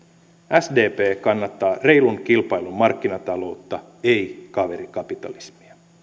sdp kannattaa reilun kilpailun markkinataloutta ei kaverikapitalismia